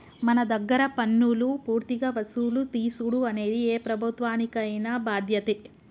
మన దగ్గర పన్నులు పూర్తిగా వసులు తీసుడు అనేది ఏ ప్రభుత్వానికైన బాధ్యతే